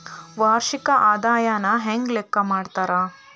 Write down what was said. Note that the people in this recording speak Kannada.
ವಾರ್ಷಿಕ ಆದಾಯನ ಹೆಂಗ ಲೆಕ್ಕಾ ಮಾಡ್ತಾರಾ?